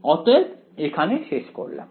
অতএব এখানে শেষ করলাম